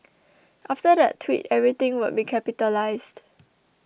after that tweet everything would be capitalised